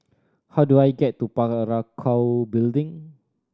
how do I get to Building